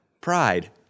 Pride